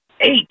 eight